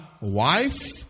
wife